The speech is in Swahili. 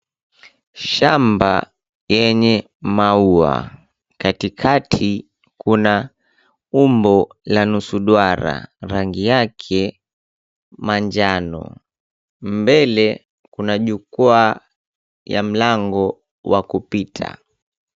Shamba yenye maua katikakati, kuna umbo la nusu duara rangi yake manjano. Mbele, kuna jukwaa ya mlango wa kupita.